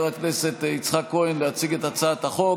חבר הכנסת יצחק כהן להציג את הצעת החוק,